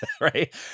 right